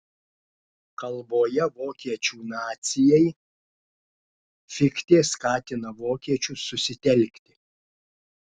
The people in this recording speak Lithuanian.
kalboje vokiečių nacijai fichtė skatina vokiečius susitelkti